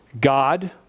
God